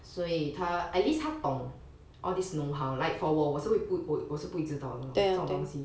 所以他 at least 他懂 all this know-how like for 我我是会不我是不会知道的 lor 这种东西